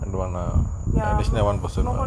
then don't want lah is just one person